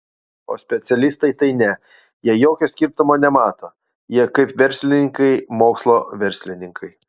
o specialistai tai ne jie jokio skirtumo nemato jie kaip verslininkai mokslo verslininkai